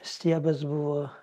stiebas buvo